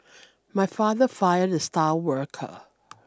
my father fired the star worker